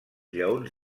lleons